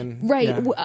Right